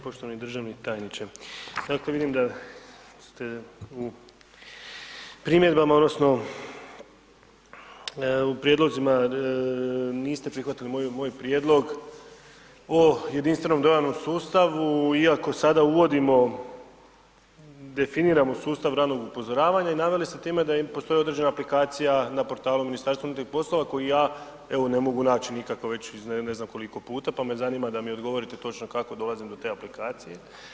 Poštovani državni tajniče, dakle, vidim da ste u primjedbama odnosno u prijedlozima niste prihvatili moj prijedlog o jedinstvenom dodanom sustavu iako sada uvodimo, definiramo sustav ranog upozoravanja i naveli ste time da postoji određena aplikacija na portalu Ministarstva unutarnjih poslova koju ja evo ne mogu naći nikako već iz ne znam koliko puta, pa me zanima da mi odgovorite točno kako dolazim do te aplikacije?